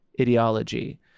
ideology